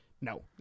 No